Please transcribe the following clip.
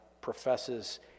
professes